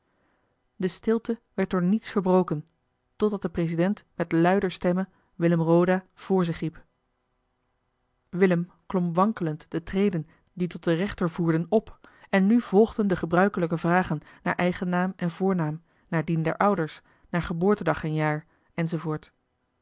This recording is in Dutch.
de stilte werd door niets verbroken totdat de president met luider stemme willem roda vr zich riep willem klom wankelend de treden die tot den rechter voerden op en nu volgden de gebruikelijke vragen naar eigen naam en voornaam naar dien der ouders naar geboortedag en jaar